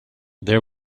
there